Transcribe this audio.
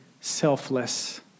selfless